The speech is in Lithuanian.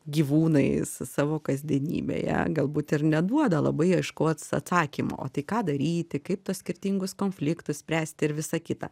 gyvūnais savo kasdienybėje galbūt ir neduoda labai aiškaus atsakymo o tai ką daryti kaip tuos skirtingus konfliktus spręsti ir visa kita